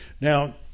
Now